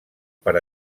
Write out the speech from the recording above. per